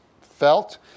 felt